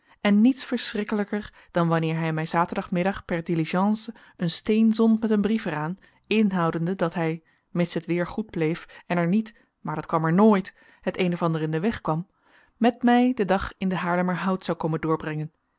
en niets verschrikkelijker dan wanneer hij mij zaterdagmiddag per diligence een steen zond met een brief er aan inhoudende dat hij mits het weer goed bleef en er niet maar dat kwam er nooit het een of ander in den weg kwam met mij den dag in den haarlemmerhout zou komen doorbrengen